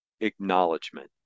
acknowledgement